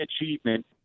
achievement